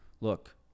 Look